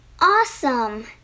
Awesome